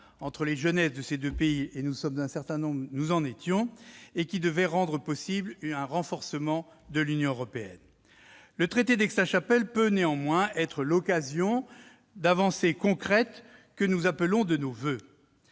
entre les jeunesses de ces deux pays- un certain nombre d'entre nous en étions ! -et qui devait rendre possible un renforcement de l'Union européenne. Le traité d'Aix-la-Chapelle peut néanmoins être l'occasion d'avancées concrètes que nous appelons de nos voeux.